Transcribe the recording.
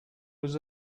was